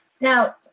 Now